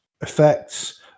effects